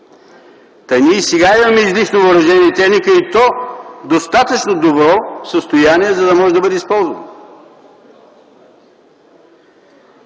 Та ние и сега имаме излишно въоръжение и техника и то в достатъчно добро състояние, за да може да бъде използвано.